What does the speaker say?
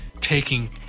taking